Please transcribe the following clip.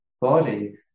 body